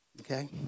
Okay